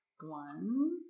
One